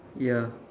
ya